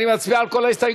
אני מצביע על כל ההסתייגויות?